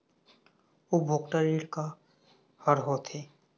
उपभोक्ता ऋण का का हर होथे?